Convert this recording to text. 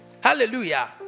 hallelujah